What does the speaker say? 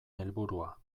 helburua